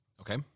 Okay